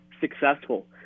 successful